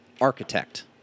Architect